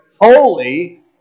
holy